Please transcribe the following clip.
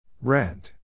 Rent